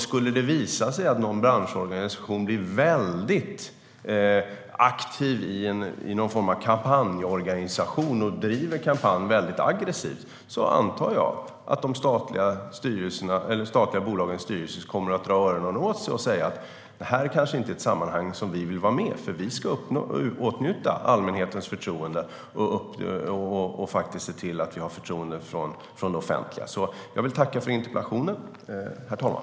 Skulle det visa sig att någon branschorganisation blir väldigt aktiv i någon form av kampanjorganisation och driver en kampanj väldigt aggressivt antar jag att de statliga bolagens styrelser kommer att dra öronen åt sig och säga: Det här är inte ett sammanhang som vi vill vara med i, för vi ska åtnjuta allmänhetens förtroende och se till att vi har förtroende från det offentliga. Jag vill tacka för interpellationen, herr talman.